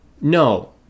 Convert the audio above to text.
No